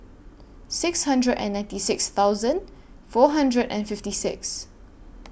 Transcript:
six hundred and ninety six thousand four hundred and fifty six